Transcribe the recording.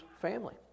family